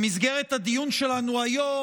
במסגרת הדיון שלנו היום,